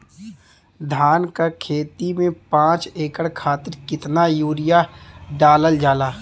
धान क खेती में पांच एकड़ खातिर कितना यूरिया डालल जाला?